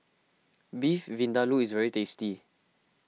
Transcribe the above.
Beef Vindaloo is very tasty